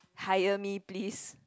hire me please